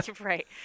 right